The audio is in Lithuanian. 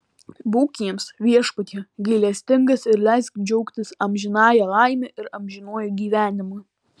būk jiems viešpatie gailestingas ir leisk džiaugtis amžinąja laime ir amžinuoju gyvenimu